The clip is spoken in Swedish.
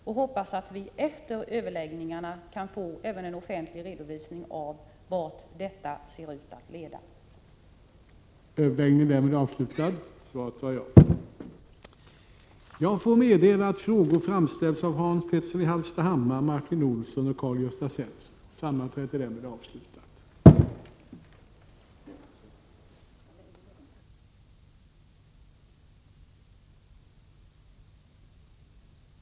Jag hoppas att vi efter överläggningarna kan få en offentlig redovisning av vad detta ser ut att kunna leda till.